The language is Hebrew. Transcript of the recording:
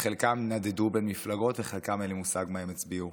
וחלקם נדדו בין מפלגות וחלקם אין לי מושג מה הם הצביעו.